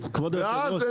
ואז,